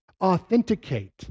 authenticate